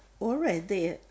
already